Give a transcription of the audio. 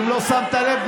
אם לא שמת לב,